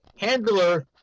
handler